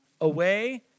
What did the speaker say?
away